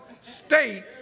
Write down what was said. state